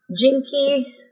Jinky